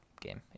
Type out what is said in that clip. game